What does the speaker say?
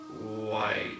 white